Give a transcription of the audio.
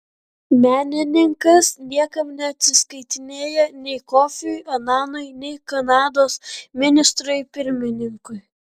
menininkas niekam neatsiskaitinėja nei kofiui ananui nei kanados ministrui pirmininkui